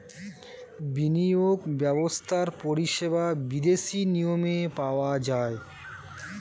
বিনিয়োগ ব্যবস্থার পরিষেবা বিদেশি নিয়মে পাওয়া যায়